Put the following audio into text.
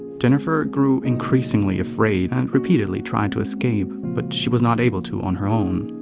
jennifer grew increasingly afraid and repeatedly tried to escape, but she was not able to on her own.